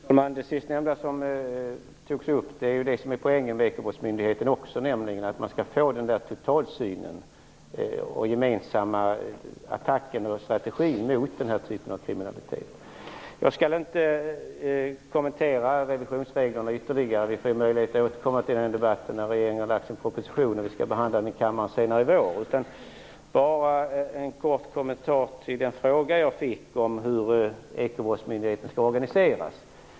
Fru talman! Det sistnämnda som togs upp är poängen med ekobrottsmyndigheten, att man skall få en totalsyn, gemensamma attacker och strategier mot den här typen av kriminalitet. Jag skall inte kommentera revisionsreglerna ytterligare. Vi får tillfälle att återkomma till det sedan regeringen lagt fram sin proposition senare i vår. Bara en kort kommentar med anledning av den fråga jag fick om hur ekobrottsmyndigheten skall organiseras.